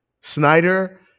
Snyder